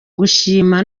gushima